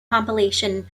compilation